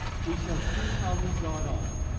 we shall see how he got on.